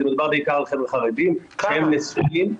ומדובר בעיקר על חבר'ה חרדים שהם נשואים,